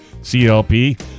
CLP